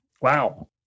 Wow